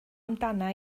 amdana